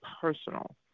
personal